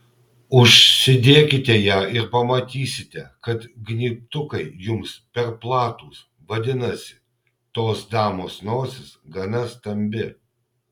užsidėkite ją ir pamatysite kad gnybtukai jums per platūs vadinasi tos damos nosis gana stambi